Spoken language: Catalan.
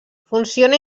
funciona